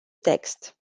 text